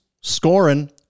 scoring